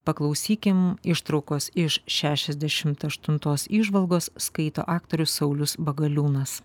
paklausykim ištraukos iš šešiasdešimt aštuntos įžvalgos skaito aktorius saulius bagaliūnas